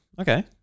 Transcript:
okay